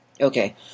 Okay